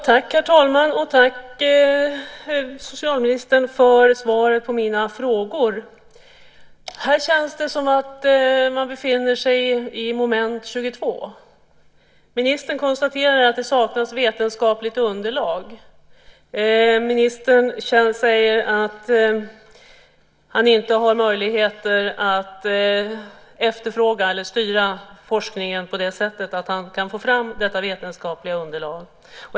Herr talman! Tack, socialministern, för svaret på mina frågor! Här känns det som att man befinner sig i en moment 22-situation. Ministern konstaterar att det saknas vetenskapligt underlag. Ministern säger att han inte har möjligheter att styra forskningen så att han kan få fram detta vetenskapliga underlag.